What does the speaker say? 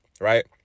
right